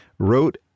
wrote